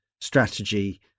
strategy